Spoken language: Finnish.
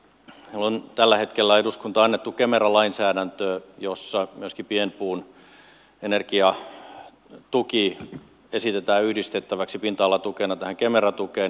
meillä on tällä hetkellä eduskuntaan annettu kemera lainsäädäntöä jossa myöskin pienpuun energiatuki esitetään yhdistettäväksi pinta alatukena tähän kemera tukeen